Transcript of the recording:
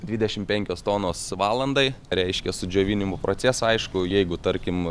dvidešimt penkios tonos valandai reiškia su džiovinimo procesu aišku jeigu tarkim